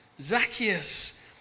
Zacchaeus